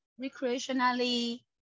recreationally